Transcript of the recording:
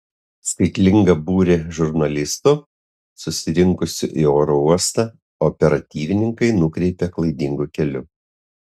skaitlingą būrį žurnalistų susirinkusių į oro uostą operatyvininkai nukreipė klaidingu keliu